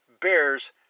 bears